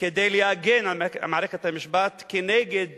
כדי להגן על מערכת המשפט כנגד